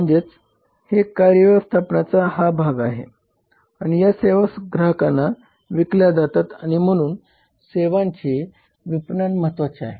म्हणजे हे कार्य व्यवस्थापनाचा हा भाग आहे आणि या सेवा ग्राहकांना विकल्या जातात आणि म्हणून सेवांचे विपणन महत्वाचे आहे